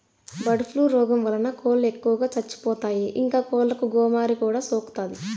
bird flu రోగం వలన కోళ్ళు ఎక్కువగా చచ్చిపోతాయి, ఇంకా కోళ్ళకు గోమారి కూడా సోకుతాది